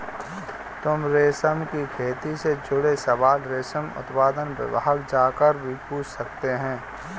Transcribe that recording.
तुम रेशम की खेती से जुड़े सवाल रेशम उत्पादन विभाग जाकर भी पूछ सकते हो